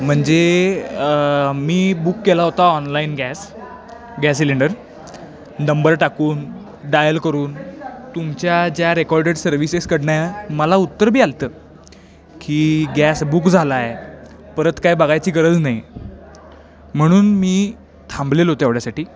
म्हणजे मी बुक केला होता online gas gas cylinder number टाकून डायल करून तुमच्या ज्या रेकॉर्डेड सर्व्हिसेसकडनं मला उत्तर बी आलं होतं की गॅस बुक झाला आहे परत काही बघायची गरज नाही म्हणून मी थांबलेलो तेवढ्यासाठी